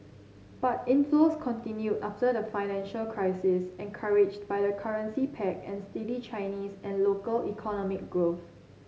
but inflows continued after the financial crisis encouraged by the currency peg and steady Chinese and local economic growth